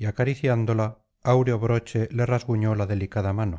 y acariciándola áureo broche le rasguñó la delicadamano